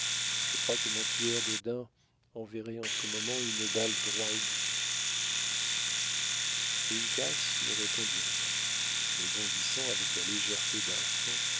je crois que mon tueur de daims enverrait en ce moment une balle droit au but uncas ne répondit rien mais bondissant avec la légèreté d'un